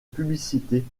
publicités